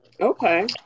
Okay